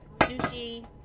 sushi